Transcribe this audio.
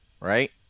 right